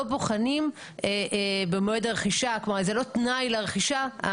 לא בוחנים במועד הרכישה, כלומר זה לא תנאי לרכישה.